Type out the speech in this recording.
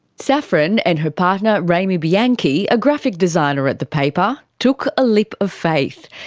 saffron and her partner remi bianchi, a graphic designer at the paper, took a leap of faith.